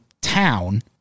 town